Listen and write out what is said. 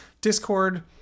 discord